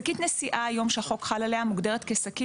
שקית נשיאה היום שהחוק חל עליה מוגדרת כשקית